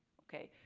okay,